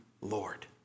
Lord